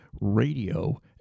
radio